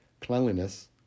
cleanliness